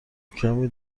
کمکی